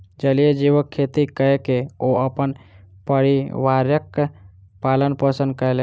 जलीय जीवक खेती कय के ओ अपन परिवारक पालन पोषण कयलैन